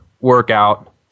Workout